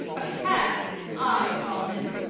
a cad i call him.